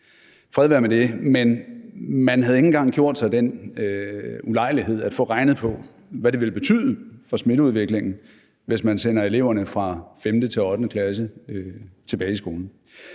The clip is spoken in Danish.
Men man havde ikke engang gjort sig den ulejlighed at få regnet på, hvad det ville betyde for smitteudviklingen, hvis man sender eleverne fra 5. til 8. klasse tilbage i skole.